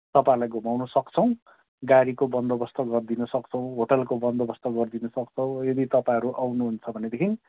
तपाईँहरूलाई घुमाउनु सक्छौँ गाडीको बन्दोबस्त गरिदिन सक्छौँ होटेलको बन्दोबस्त गरिदिन सक्छौँ यदि तपाईँहरू आउनुहुन्छ भनेदेखि